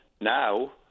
Now